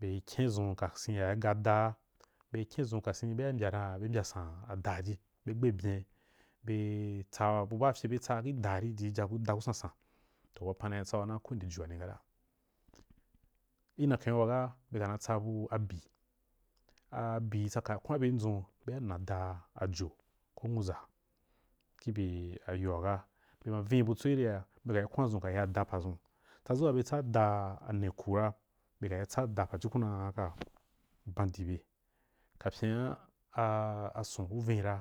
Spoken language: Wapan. Beri kyendʒun kasen ya ri gaa adaa be kyendʒun kasen ya be mbyasan ada aji be gbe byen, be tsa abu baa fyen be tsa gi daari jiji ada ku sansan. Ki nyaken waga beka na tsa bu bii a bi ri tsaka koan bye dʒun be ya na a dau ajo koh nwuʒa kih bye ciyo waga bema vinu butso gi re a be kari kwandʒun ka ya da padʒun tsadʒu waa betsa da a nne ku ra be ka tsa da pajukun ka ban diibe kapyen a son ku vinni ra